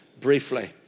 briefly